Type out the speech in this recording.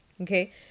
Okay